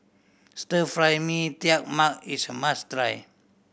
Stir Fry Mee Tai Mak is a must try